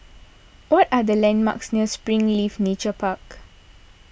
what are the landmarks near Springleaf Nature Park